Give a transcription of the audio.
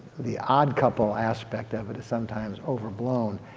the odd couple aspect of it is sometimes overblown.